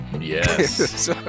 Yes